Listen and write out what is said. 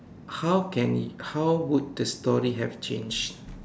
how can how would the story have changed